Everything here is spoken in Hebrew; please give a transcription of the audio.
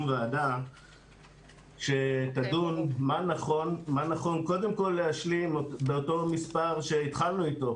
ועדה שתדון מה נכון קודם כל להשלים באותו מספר שהתחלנו איתו,